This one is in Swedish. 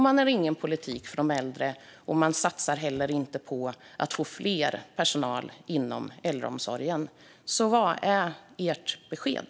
Man har ingen politik för de äldre, och man satsar inte på att få fler anställda inom äldreomsorgen. Så vad är ert besked?